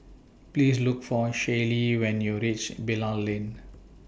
Please Look For Shaylee when YOU REACH Bilal Lane